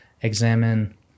examine